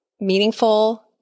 meaningful